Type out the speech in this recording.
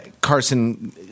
Carson